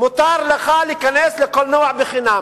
מותר לך להיכנס לקולנוע חינם,